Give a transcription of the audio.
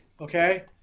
Okay